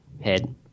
head